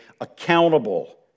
accountable